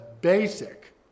basic